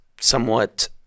somewhat